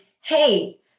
hey